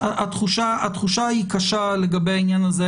התחושה היא קשה לגבי העניין הזה,